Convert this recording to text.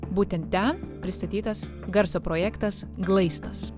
būtent ten pristatytas garso projektas glaistas